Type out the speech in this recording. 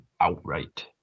outright